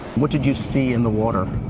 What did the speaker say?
what did you see in the water?